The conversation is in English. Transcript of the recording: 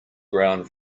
ground